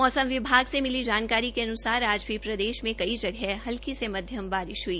मौमस विभाग से मिली जानकारी के अन्युसार आज भी प्रदेश में कई जगह हल्की से मध्यम बारिश हुई